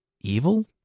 evil